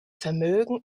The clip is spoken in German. vermögen